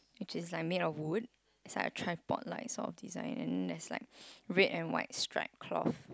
which is like made of wood it's like a tripod lah sort of design and then there's like red and white stripe cloth